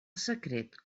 secret